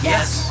Yes